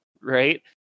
Right